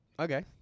Okay